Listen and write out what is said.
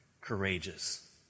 courageous